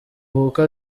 kuko